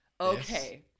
Okay